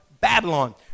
Babylon